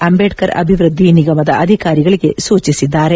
ಅಂಬೇಡ್ತರ್ ಅಭಿವೃದ್ದಿ ನಿಗಮದ ಅಧಿಕಾರಿಗಳಿಗೆ ಸೂಚಿಸಿದ್ದಾರೆ